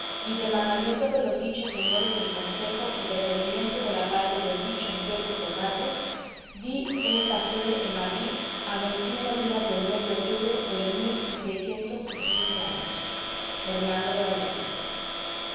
y de mandamiento de los dichos señores del consejo y de pedimiento de la parte del dicho miguel de cervantes di esta fee en madrid a veinte y uno días del mes de otubre del mil y seiscientos y quince años hernando de vallejo